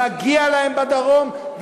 מגיע להם בדרום,